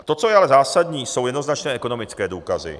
To, co je ale zásadní, jsou jednoznačné ekonomické důkazy.